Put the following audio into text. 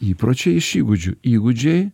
įpročiai iš įgūdžių įgūdžiai